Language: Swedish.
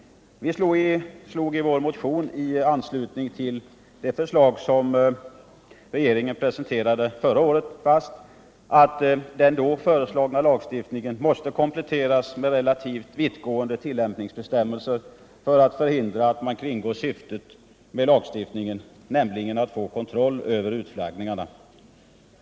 Vi slog i vår motion i anslutning till det förslag som regeringen presenterade förra året fast, att den då föreslagna lagstiftningen måste kompletteras med relativt vittgående tillämpningsbestämmelser för att förhindra att man kringgår syftet med lagstiftningen, nämligen att få kontroll över utflaggningarna.